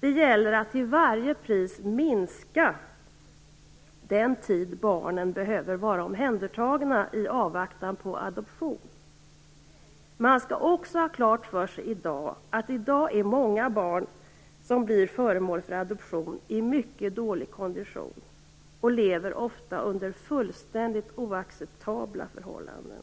Det gäller att till varje pris minska den tid som barnen behöver vara omhändertagna i avvaktan på adoption. Man skall också ha klart för sig att i dag är många barn som blir föremål för adoption i mycket dålig kondition och lever ofta under fullständigt oacceptabla förhållanden.